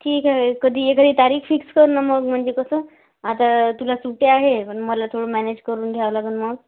ठीक आहे कधी एखादी तारीख फिक्स कर ना मग म्हणजे कसं आता तुला सुटी आहे पण मला थोडं मॅनेज करून घ्यावं लागेल मग